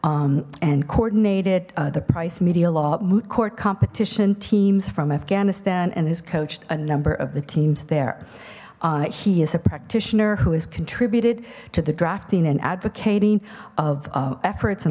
led and coordinated the price media law moot court competition teams from afghanistan and has coached a number of the teams there he is a practitioner who has contributed to the drafting and advocating of efforts and